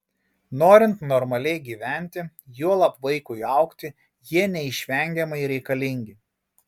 norint normaliai gyventi juolab vaikui augti jie neišvengiamai reikalingi